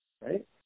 right